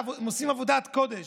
הם עושים עבודת קודש,